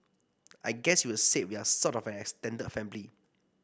I guess you would say we are sort of an extended family